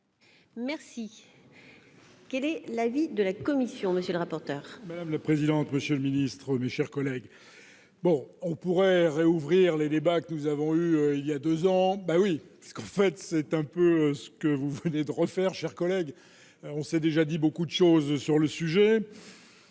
Merci. Quel est l'avis de la commission, monsieur le rapporteur. Madame la présidente, monsieur le ministre, mes chers collègues. Bon, on pourrait ré ouvrir les débats que nous avons eu, il y a 2 ans, bah oui, parce qu'en fait, c'est un peu ce que vous venez de refaire, chers collègues, on sait déjà dit beaucoup de choses sur le sujet.